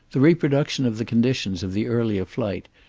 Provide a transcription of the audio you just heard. the reproduction of the conditions of the earlier flight,